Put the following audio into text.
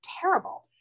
terrible